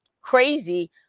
crazy